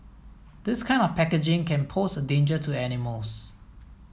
this kind of packaging can pose a danger to animals